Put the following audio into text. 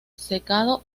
secado